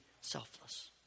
selfless